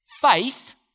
Faith